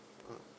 mm